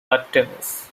artemis